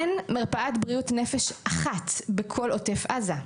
אין מרפאת בריאות נפש אחת בכל עוטף עזה.